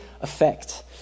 effect